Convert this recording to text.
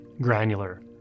granular